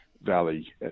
Valley